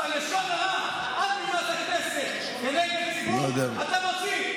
לשון הרע מעל בימת הכנסת כנגד ציבור אתה מוציא.